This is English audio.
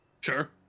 Sure